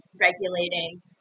regulating